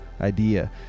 idea